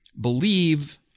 believe